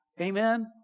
Amen